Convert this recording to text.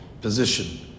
position